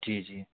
जी जी